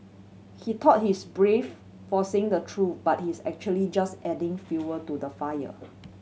he thought he is brave for saying the truth but he is actually just adding fuel to the fire